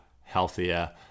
healthier